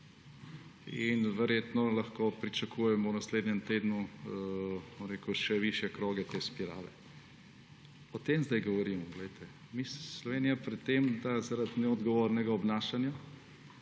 Verjetno lahko pričakujemo v naslednjem tednu še višje kroge te spirale. O tem zdaj govorimo. Slovenija je pred tem, da zaradi neodgovornega obnašanja,